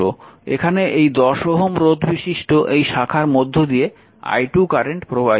এখানে এই 10 Ω রোধবিশিষ্ট এই শাখার মধ্য দিয়ে i2 কারেন্ট প্রবাহিত হচ্ছে